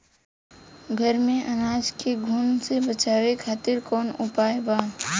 घर में अनाज के घुन से बचावे खातिर कवन उपाय बा?